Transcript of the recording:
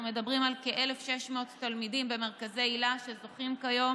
אנחנו מדברים על כ-1,600 תלמידים במרכזי היל"ה שזוכים כיום